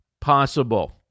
possible